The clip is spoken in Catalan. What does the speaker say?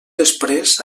després